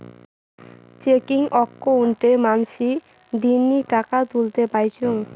checking অক্কোউন্টে মানসী দিননি টাকা তুলতে পাইচুঙ